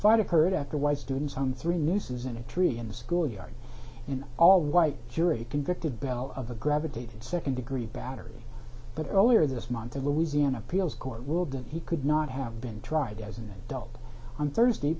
fight occurred after white students on three nooses in a tree in the schoolyard an all white jury convicted bell of a gravitated second degree battery but earlier this month a louisiana appeals court ruled that he could not have been tried as an adult on thursday